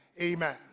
Amen